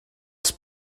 els